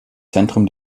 zentrum